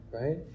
right